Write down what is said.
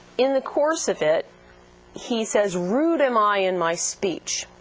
in the course of it he says, rude am i in my speech,